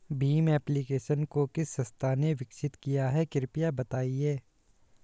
Bhim application को किस संस्था ने विकसित किया है कृपया बताइए?